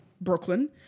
Brooklyn